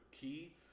key